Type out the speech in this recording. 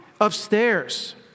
upstairs